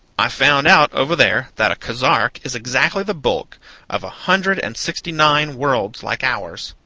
i found out, over there, that a kazark is exactly the bulk of a hundred and sixty-nine worlds like ours!